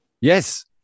Yes